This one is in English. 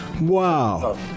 Wow